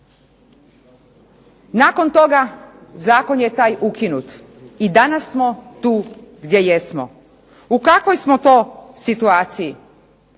Nakon toga zakon je taj ukinut. I danas smo tu gdje jesmo. U kakvoj smo to situaciji?